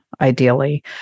ideally